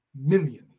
million